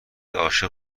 عاشق